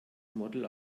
model